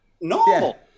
normal